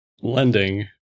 lending